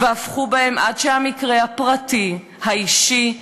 והפכו בהם עד שהמקרה הפרטי, האישי,